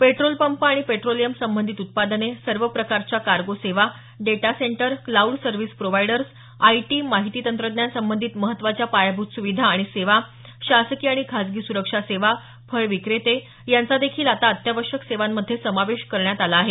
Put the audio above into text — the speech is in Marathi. पेट्रोल पंप आणि पेट्रोलियम संबंधित उत्पादने सर्व प्रकारच्या कार्गो सेवा data centre cloud service providers IT माहिती तंत्रज्ञान सबंधित महत्वाच्या पायाभूत सुविधा आणि सेवा शासकीय आणि खासगी सुरक्षा सेवा फळविक्रेते यांचा देखील आता अत्यावश्यक सेवांमध्ये समावेश करण्यात आला आहे